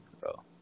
bro